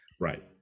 Right